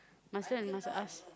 must say I must ask